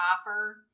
offer